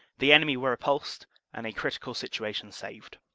the enemy were repulsed and a critical situation saved.